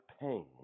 pain